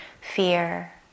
fear